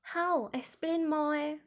how explain more eh